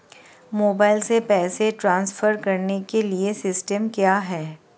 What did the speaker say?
Mobile से पैसे transfer करने के लिए सिस्टम क्या है?